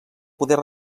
poder